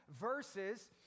verses